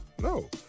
No